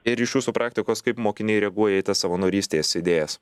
ir iš jūsų praktikos kaip mokiniai reaguoja į tas savanorystės idėjas